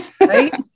Right